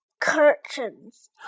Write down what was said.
curtains